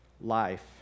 life